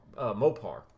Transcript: Mopar